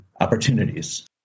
opportunities